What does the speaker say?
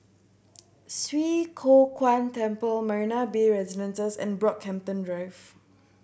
Swee Kow Kuan Temple Marina Bay Residences and Brockhampton Drive